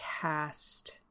cast